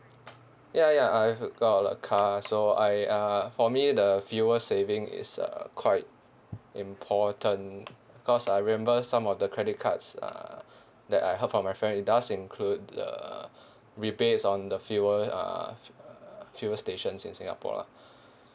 ya ya I've got a car so I uh for me the fuel saving is uh quite important cause I remember some of the credit cards uh that I heard from my friend it does include the rebates on the fuel uh f~ err fuel stations in singapore lah